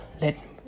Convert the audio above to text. Let